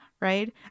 right